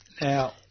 Now